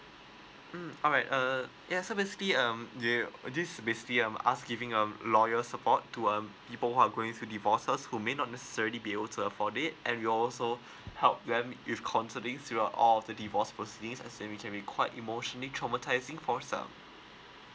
mm alright uh ya so basically um they this is basically um us giving um loyal support to um people are going to divorces who may not necessarily be able to afford it and we also help them if all of the divorce proceedings as in we can be quite emotionally traumatising for some